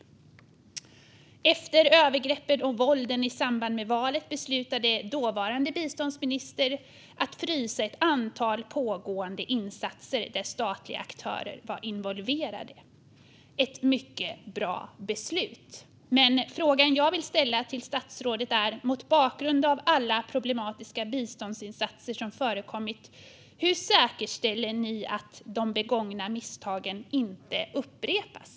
Efter övergreppen och våldet i samband med valet beslutade den dåvarande biståndsministern att frysa ett antal pågående insatser där statliga aktörer var involverade. Det var ett mycket bra beslut, men frågan jag vill ställa till statsrådet är följande: Mot bakgrund av alla problematiska biståndsinsatser som förekommit, hur säkerställer ni att de begångna misstagen inte upprepas?